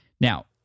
Now